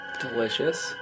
Delicious